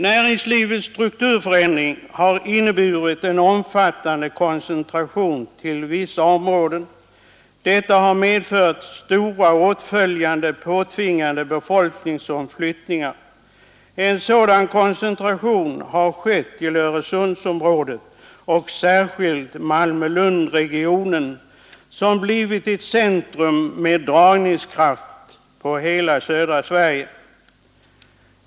Näringslivets strukturförändring har inneburit en omfattande koncentration till vissa områden. Detta har medfört stora åtföljande påtvingade befolkningsomflyttningar. En sådan koncentration har skett till Öresundsområdet och särskilt till Malmö-Lundregionen, som blivit ett centrum med dragningskraft på hela södra Sverige.